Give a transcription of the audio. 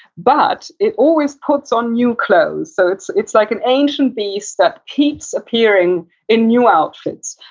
but it always put on new clothes. so, it's it's like an ancient beast that keeps appearing in new outfits.